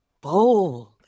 bold